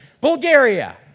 Bulgaria